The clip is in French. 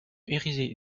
érigés